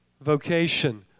vocation